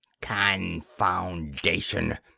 Confoundation